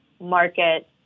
market